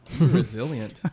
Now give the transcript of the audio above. resilient